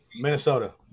Minnesota